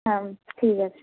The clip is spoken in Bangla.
হ্যাঁ ঠিক আছে